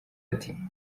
ati